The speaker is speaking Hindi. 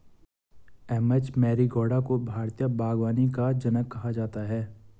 एम.एच मैरिगोडा को भारतीय बागवानी का जनक कहा जाता है